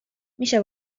میشه